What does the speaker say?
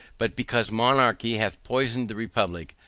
but because monarchy hath poisoned the republic,